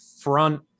front